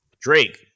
Drake